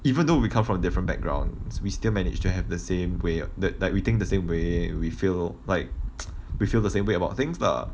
even though we come from different backgrounds we still manage to have the same way like we think the same way we feel like we feel the same way about things lah